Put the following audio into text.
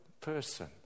person